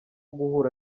guhura